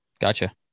Gotcha